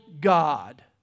God